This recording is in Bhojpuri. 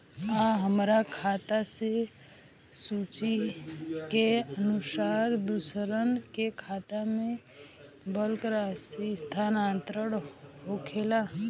आ हमरा खाता से सूची के अनुसार दूसरन के खाता में बल्क राशि स्थानान्तर होखेला?